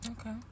okay